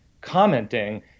commenting